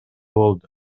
болду